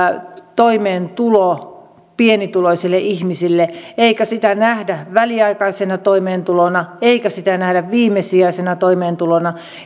toimeentulo pienituloisille ihmisille eikä sitä nähdä väliaikaisena toimeentulona eikä sitä nähdä viimesijaisena toimeentulona